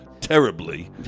terribly